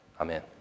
Amen